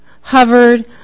hovered